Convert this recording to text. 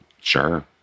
Sure